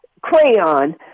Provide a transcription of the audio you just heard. crayon